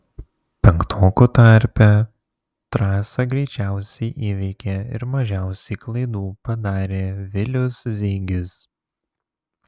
penktokų tarpe trasą greičiausiai įveikė ir mažiausiai klaidų padarė vilius zeigis